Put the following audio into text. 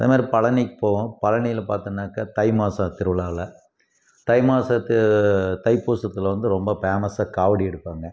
அதேமாதிரி பழனி போவோம் பழனியில் பார்த்திங்கன்னாக்கா தை மாதம் திருவிழாவில் தை மாத தை பூசத்தில் வந்து ரொம்ப ஃபேமஸாக காவடி எடுப்பாங்க